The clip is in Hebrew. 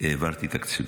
העברתי תקציבים,